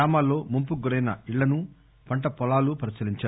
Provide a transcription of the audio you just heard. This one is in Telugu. గ్రామాల్లో ముంపుకు గురైన ఇళ్లను పంటపొలాలు పరిశీలించారు